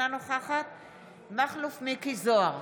אינה נוכחת מכלוף מיקי זוהר,